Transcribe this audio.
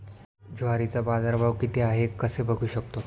ज्वारीचा बाजारभाव किती आहे कसे बघू शकतो?